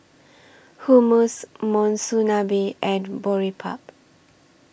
Hummus Monsunabe and Boribap